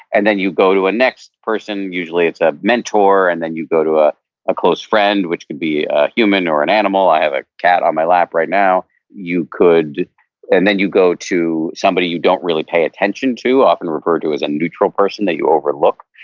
and then you go to a next person, usually it's a a mentor, and then you go to a a close friend, which can be a human, or an animal. i have a cat on my lap, right now and then you go to somebody you don't really pay attention to, often referred to as a neutral person that you overlook,